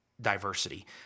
diversity